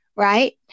Right